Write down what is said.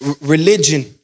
religion